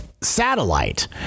satellite